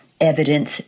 evidence